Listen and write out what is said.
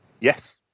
Yes